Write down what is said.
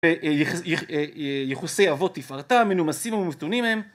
ייחוסי אבות תפארתם, מנומסים ומתונים הם